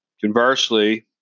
Conversely